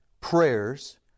prayers